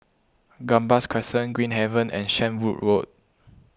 Gambas Crescent Green Haven and Shenvood Road